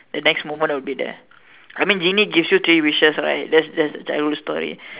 the next moment I will be there I mean genie give you three wishes right that's that's the childhood story